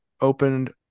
opened